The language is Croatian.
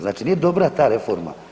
Znači nije dobra ta reforma.